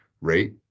rate